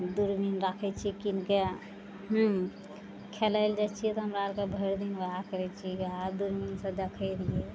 दूरबीन राखय छियै कीनके खेलय लए जाइ छियै तऽ हमरा अरके भरि दिन वएह करय छियै वएह दूरबीनसँ देखय रहियै